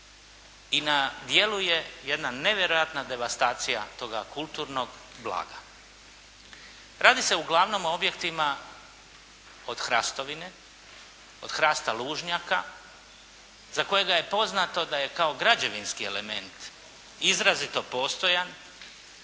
i na djelu je jedna nevjerojatna devastacija toga kulturnog blaga. Radi se uglavnom o objektima od hrastovine, od hrasta lužnjaka, za kojega je poznato da je kao građevinski element, izrazito postojan,